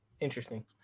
Interesting